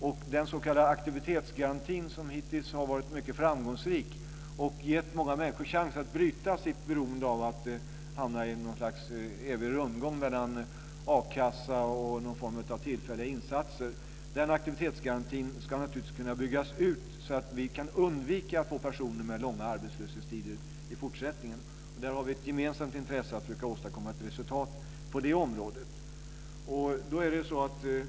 Och den s.k. aktivitetsgarantin som hittills har varit mycket framgångsrik och gett många människor chans att bryta sitt beroende av att hamna i något slags evig rundgång mellan a-kassa och någon form av tillfälliga insatser ska naturligtvis kunna byggas ut så att vi kan undvika att få personer med långa arbetslöshetstider i fortsättningen. Och där har vi ett gemensamt intresse att försöka åstadkomma ett resultat på det området.